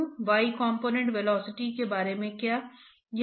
हम कैसे पाते हैं मेरा क्या मतलब है